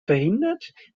verhindert